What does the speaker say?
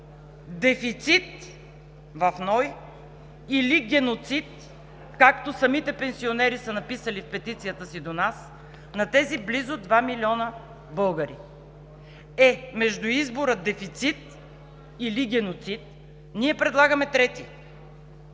дефицит в НОИ или геноцид, както самите пенсионери са написали в петицията си до нас, на тези близо 2 милиона българи. Е, между избора дефицит или геноцид ние предлагаме трети